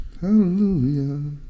Hallelujah